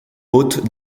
haute